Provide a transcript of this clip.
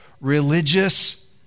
religious